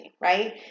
right